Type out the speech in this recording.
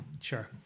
Sure